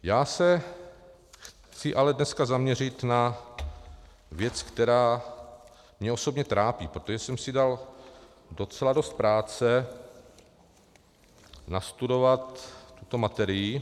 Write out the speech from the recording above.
Já se chci ale dneska zaměřit na věc, která mě osobně trápí, protože jsem si dal docela dost práce nastudovat tuto materii.